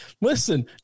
Listen